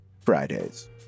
Fridays